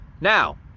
Now